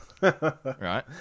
Right